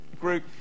group